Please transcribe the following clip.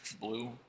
blue